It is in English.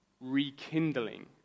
rekindling